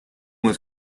was